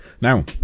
Now